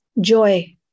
joy